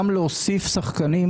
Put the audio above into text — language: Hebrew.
גם להוסיף שחקנים.